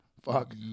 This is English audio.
Fuck